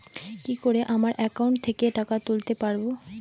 কি করে আমার একাউন্ট থেকে টাকা তুলতে পারব?